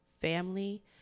family